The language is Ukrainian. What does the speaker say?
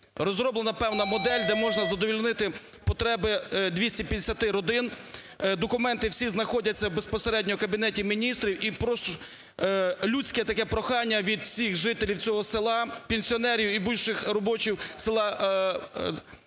розроблена певна модель, де можна задовольнити 250 родин. Документи всі знаходяться безпосередньо в Кабінеті Міністрів. І людське таке прохання від всіх жителів цього села, пенсіонерів і бувших робочих із села і